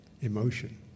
emotion